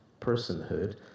personhood